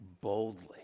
boldly